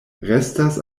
restas